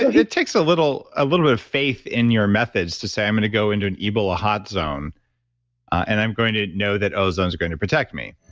it takes a little ah little bit of faith in your methods to say, i'm going and to go into an ebola hot zone and i'm going to know that ozone is going to protect me.